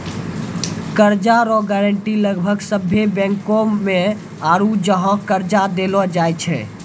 कर्जा रो गारंटी लगभग सभ्भे बैंको मे आरू जहाँ कर्जा देलो जाय छै